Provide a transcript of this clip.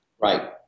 Right